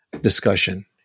discussion